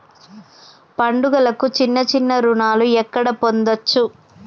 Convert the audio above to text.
పండుగలకు చిన్న చిన్న రుణాలు ఎక్కడ పొందచ్చు?